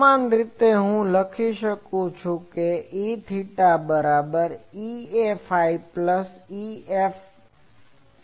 સમાન રીતે હું લખી શકું કે Eφ બરાબર φ પ્લસ φ